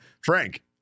Frank